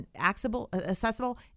accessible